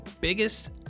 biggest